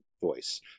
voice